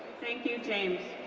thank you, james.